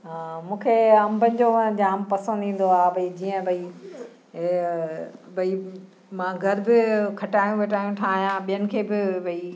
हा मूंखे अंबनि जो वणु जामु पसंदि ईंदो आहे जीअं इअं भई मां घरु बि खटाणु वटाण ठाहियां ॿियनि खे बि भई